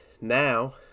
now